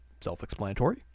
self-explanatory